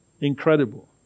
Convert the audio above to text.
Incredible